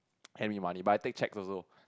hand me money by paycheck also